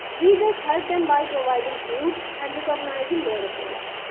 we just helped them by providing food and recognizing their efforts.